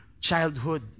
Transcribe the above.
childhood